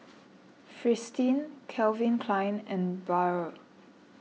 Fristine Calvin Klein and Biore